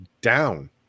down